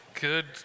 Good